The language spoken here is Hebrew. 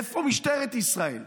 איפה משטרת ישראל,